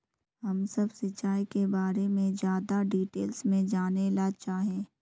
हम सब सिंचाई के बारे में ज्यादा डिटेल्स में जाने ला चाहे?